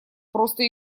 просто